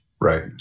Right